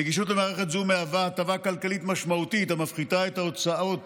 נגישות למערכת זו מהווה הטבה כלכלית משמעותית המפחיתה את ההוצאה